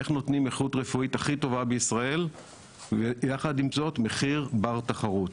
איך נותנים איכות רפואית הכי טובה בישראל ויחד עם זאת מחיר בר תחרות.